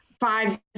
five